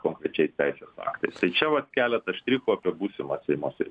konkrečiais teisės aktais tai čia vat keletas štrichų apie būsimą seimo sritį